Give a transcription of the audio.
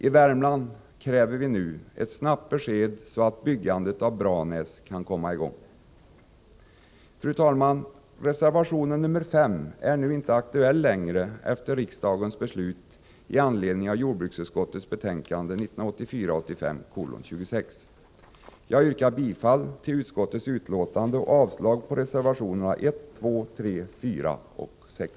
I Värmland kräver vi nu ett snabbt besked, så att byggandet av Branäs kan komma i gång. Fru talman! Reservation 5 är inte längre aktuell, efter riksdagens beslut i anslutning till jordbruksutskottets betänkande 1984/85:26. Jag yrkar bifall till utskottets hemställan och avslag på reservationerna 1, 2, 3, 4 och 6.